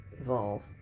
evolve